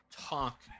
talk